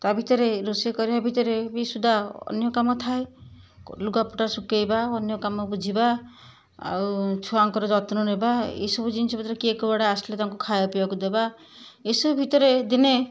ତା ଭିତରେ ରୋଷେଇ କରିବା ଭିତରେ ବି ସୁଦ୍ଧା ଅନ୍ୟ କାମ ଥାଏ ଲୁଗାପଟା ଶୁଖାଇବା ଅନ୍ୟ କାମ ବୁଝିବା ଆଉ ଛୁଆଙ୍କର ଯତ୍ନ ନେବା ଏଇ ସବୁ ଜିନିଷ ଭିତରେ କିଏ କୁଆଡ଼େ ଆସିଲେ ତାଙ୍କୁ ଖାଇବା ପିବାକୁ ଦେବା ଏସବୁ ଭିତରେ ଦିନେ